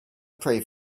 pray